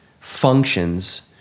functions